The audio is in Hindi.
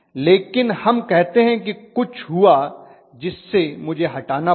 लेकिन हम कहते हैं कि कुछ हुआ जिससे मुझे हटाना पड़ा